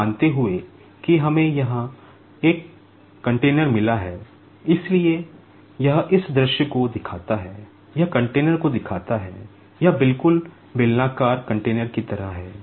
यह मानते हुए कि हमें यहां एक कंटेनर मिला है इसलिए यह इस दृश्य को दिखाता है यह कंटेनर को दिखाता है यह बिल्कुल बेलनाकार कंटेनर की तरह है